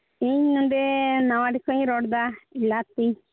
ᱤᱧ ᱱᱚᱰᱮ ᱱᱚᱣᱟᱰᱤ ᱠᱷᱚᱱ ᱤᱧ ᱨᱚᱲ ᱮᱫᱟ ᱤᱞᱟᱛᱤ